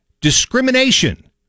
discrimination